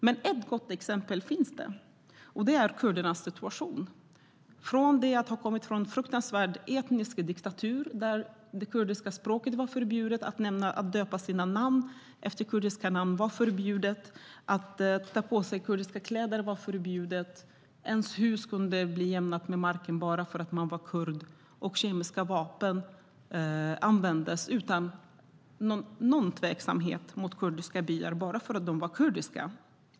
Men ett gott exempel finns, och det är kurdernas situation. Man har utvecklats från en etnisk diktatur där det kurdiska språket var förbjudet, det var förbjudet att ge sina barn kurdiska namn eller att ta på sig kurdiska kläder. Ens hus kunde bli jämnat med marken bara för att man var kurd, och kemiska vapen användes utan någon tveksamhet mot kurdiska byar bara för att de var kurdiska.